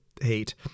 hate